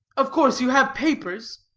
of course you have papers?